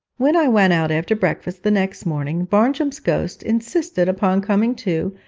when i went out after breakfast the next morning, barnjum's ghost insisted upon coming too,